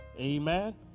Amen